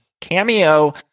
Cameo